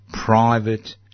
private